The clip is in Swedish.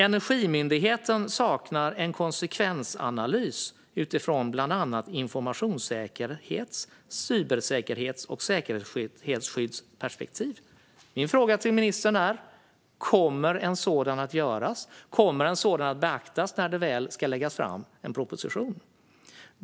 Energimyndigheten saknar en konsekvensanalys utifrån bland annat informationssäkerhets-, cybersäkerhets och säkerhetsskyddsperspektiv. Min fråga till ministern är: Kommer en sådan att göras? Kommer en sådan att beaktas när det väl ska läggas fram en proposition?